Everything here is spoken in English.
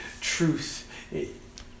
truth